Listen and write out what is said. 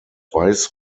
weiß